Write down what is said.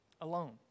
alone